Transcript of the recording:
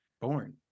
born